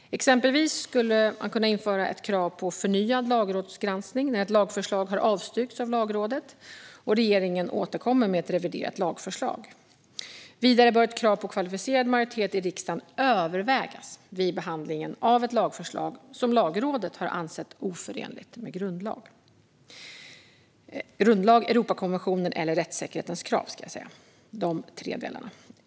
Exempelvis skulle man kunna införa ett krav på förnyad lagrådsgranskning när ett lagförslag har avstyrkts av Lagrådet och regeringen återkommer med ett reviderat lagförslag. Vidare bör ett krav på kvalificerad majoritet i riksdagen övervägas vid behandlingen av ett lagförslag som Lagrådet har ansett oförenligt med grundlag, Europakonventionen eller rättssäkerhetens krav.